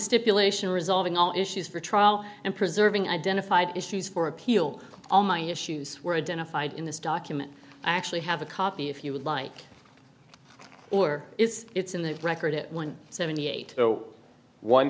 stipulation resolving all issues for trial and preserving identified issues for appeal all my issues were identified in this document actually have a copy if you would like or is it's in the record it went seventy eight